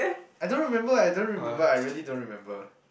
I don't remember I don't remember I really don't remember